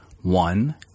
one